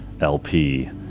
LP